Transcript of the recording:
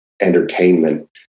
entertainment